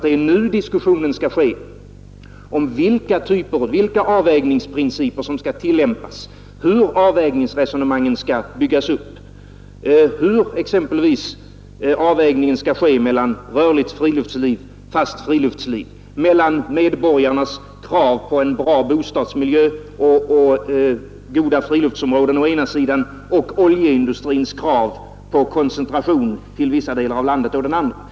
Det är nu diskussionen skall ske om vilka avvägningsprinciper som skall tillämpas, hur avvägningsresonemangen skall byggas upp, hur exempelvis avvägningen skall ske mellan rörligt friluftsliv och fast friluftsliv, mellan medborgarnas krav på en bra bostadsmiljö och goda friluftsområden å ena sidan och oljeindustrins krav på koncentration till vissa delar av landet å den andra.